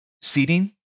seating